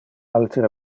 altere